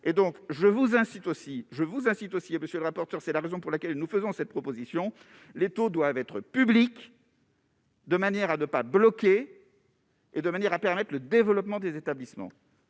aussi je vous incite aussi à monsieur le rapporteur, c'est la raison pour laquelle nous faisons cette proposition les taux doivent être publics. De manière à ne pas bloquer. Et, de manière à permettre le développement des établissements.